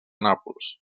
nàpols